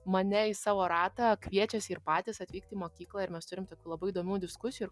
mane į savo ratą kviečiasi ir patys atvykt į mokyklą ir mes turim tokių labai įdomių diskusijų ir